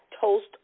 toast